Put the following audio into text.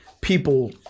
people